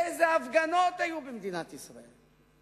איזה הפגנות היו במדינת ישראל.